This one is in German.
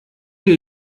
hier